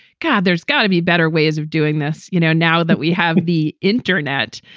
god, there's gotta be better ways of doing this. you know, now that we have the internet.